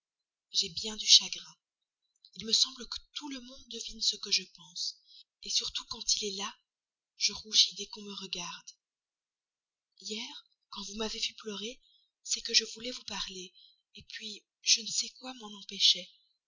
j'ai bien du chagrin il me semble que tout le monde devine ce que je pense surtout quand il est là je rougis dès qu'on me regarde hier quand vous m'avez vue pleurer c'est que je voulais vous parler puis je ne sais quoi m'en empêchait